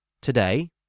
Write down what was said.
today